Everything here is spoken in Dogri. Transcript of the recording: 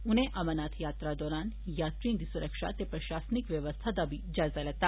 उनें अमरनाथ यात्रा दौरान यात्रएं दी सुरक्षा ते प्रशासनिक बवस्था दा बी जायजा लैता